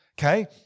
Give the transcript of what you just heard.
Okay